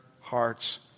hearts